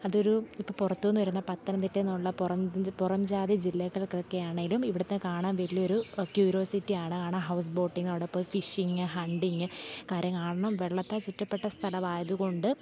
അതൊരു ഇപ്പോൾ പുറത്തു നിന്നു വരുന്ന പത്തനംതിട്ടയിൽ നിന്നുള്ള പുറം പുറം ജാതി ജില്ലകൾക്കൊക്കെ ആണെങ്കിലും ഇവിടുത്തെ കാണാൻ വലിയൊരു ക്യൂരിയോസിറ്റി ആണ് ആണ് ഹൗസ് ബോട്ടിംഗ് അവിടെ ഇപ്പം ഫിഷിങ് ഹണ്ടിങ് കര കാണണം വെള്ളത്താൽ ചുറ്റപ്പെട്ട സ്ഥലമായതു കൊണ്ട്